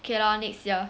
okay lor next year